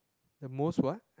the most what